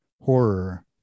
horror